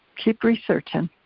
keep researching.